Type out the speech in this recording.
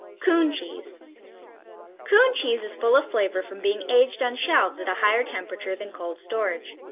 coon cheese coon cheese is full of flavor from being aged on shelves at a higher temperature than cold storage.